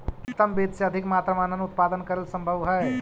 उन्नत बीज से अधिक मात्रा में अन्नन उत्पादन करेला सम्भव हइ